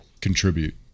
contribute